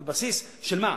על בסיס של מה?